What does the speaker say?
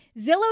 Zillow